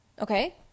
Okay